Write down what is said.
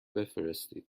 بفرستید